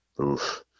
Oof